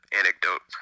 anecdote